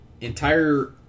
entire